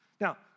Now